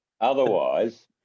Otherwise